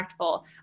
impactful